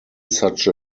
such